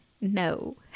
No